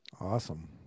Awesome